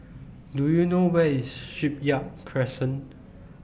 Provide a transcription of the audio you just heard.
Do YOU know Where IS Shipyard Crescent